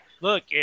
look